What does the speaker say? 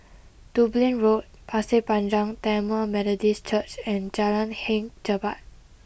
Dublin Road Pasir Panjang Tamil Methodist Church and Jalan Hang Jebat